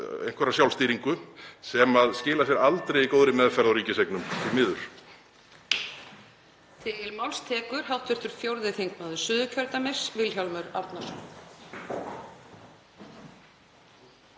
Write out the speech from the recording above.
einhvers lags sjálfstýringu sem skilar sér aldrei í góðri meðferð á ríkiseignum, því miður.